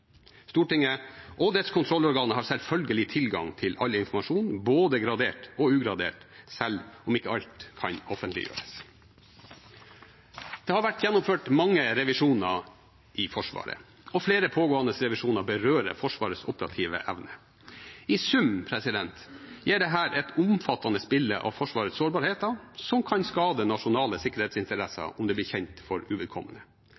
Stortinget og dets kontrollorganer har selvfølgelig tilgang til all informasjon, både gradert og ugradert, selv om ikke alt kan offentliggjøres. Det har vært gjennomført mange revisjoner i Forsvaret, og flere pågående revisjoner berører Forsvarets operative evne. I sum gir dette et omfattende bilde av Forsvarets sårbarheter, som kan skade nasjonale sikkerhetsinteresser om det blir kjent for uvedkommende.